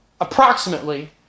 approximately